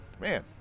man